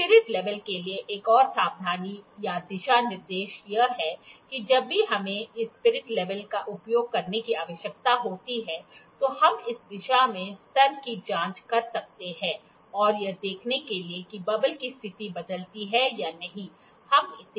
spirit level के लिए एक और सावधानी या दिशा निर्देश यह है कि जब भी हमें इस स्पिरिट लेवल का उपयोग करने की आवश्यकता होती है तो हम इस दिशा में स्तर की जांच कर सकते हैं और यह देखने के लिए कि बबल की स्थिति बदलती है या नहीं हम इसे 180 डिग्री घुमाते हैं